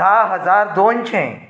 धा हजार दोनशें